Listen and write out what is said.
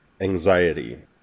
anxiety